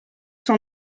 sans